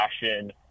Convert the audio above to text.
fashion